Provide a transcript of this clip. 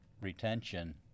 retention